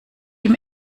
ihm